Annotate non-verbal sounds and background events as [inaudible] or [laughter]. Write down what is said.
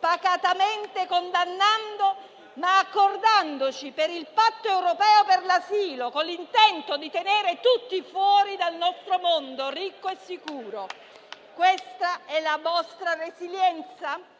pacatamente condannando, ma accordandosi per il patto europeo per l'asilo, con l'intento di tenere tutti fuori dal nostro mondo ricco e sicuro. [applause] Questa è la vostra resilienza?